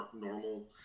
normal